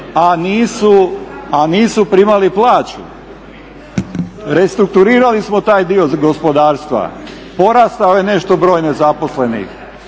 a nisu primali plaću. Restrukturirali smo taj dio gospodarstva, porastao je nešto broj nezaposlenih